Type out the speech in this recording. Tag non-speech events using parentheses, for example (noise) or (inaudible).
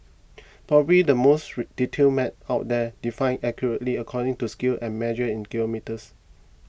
probably the most (unintelligible) detailed map out there defined accurately according to scale and measured in kilometres